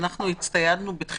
הנהלת בתי